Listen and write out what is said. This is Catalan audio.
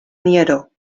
nieró